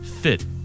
fit